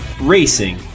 racing